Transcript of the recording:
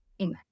amen